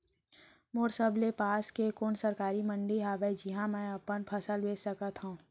मोर सबले पास के कोन सरकारी मंडी हावे जिहां मैं अपन फसल बेच सकथव?